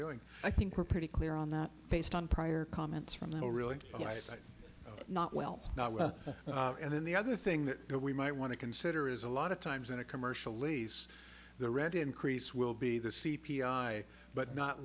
doing i think we're pretty clear on that based on prior comments from the really not well not well and then the other thing that we might want to consider is a lot times in a commercial lease the rent increase will be the c p i but not